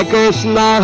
Krishna